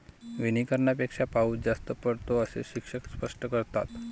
वनीकरणापेक्षा पाऊस जास्त पडतो, असे शिक्षक स्पष्ट करतात